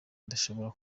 idashobora